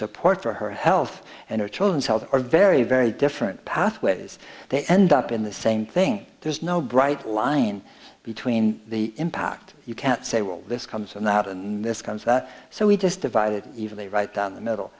support for her health and her children's health are very very different pathways they end up in the same thing there's no bright line between the impact you can't say well this comes an out and this comes out so we just divided evenly right down the middle